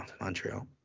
Montreal